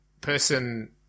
person